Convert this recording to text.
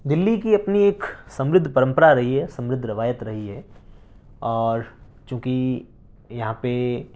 دہلی کی اپنی ایک سمردھ پرمپرا رہی ہے سمردھ روایت رہی ہے اور چونکہ یہاں پہ